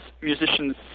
musicians